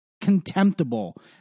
contemptible